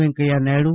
Venkaiah Naidu